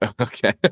Okay